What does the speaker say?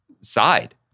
side